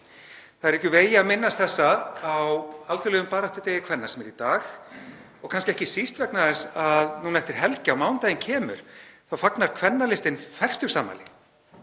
Það er ekki úr vegi að minnast þessa á alþjóðlegum baráttudegi kvenna sem er í dag og kannski ekki síst vegna þess að núna eftir helgi, á mánudaginn kemur, þá fagnar Kvennalistinn fertugsafmæli.